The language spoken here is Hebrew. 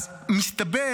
אז מסתבר